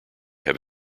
have